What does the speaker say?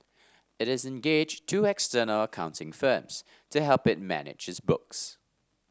it is engaged two external accounting firms to help it manage its books